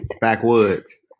Backwoods